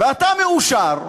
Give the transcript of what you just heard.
ואתה מאושר.